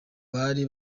bari